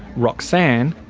roxanne,